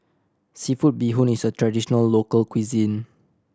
seafood bee hoon is a traditional local cuisine